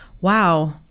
Wow